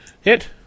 Hit